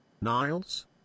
Niles